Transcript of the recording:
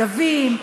"רגבים",